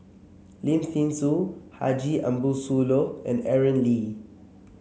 Lim Thean Soo Haji Ambo Sooloh and Aaron Lee